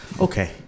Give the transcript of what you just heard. okay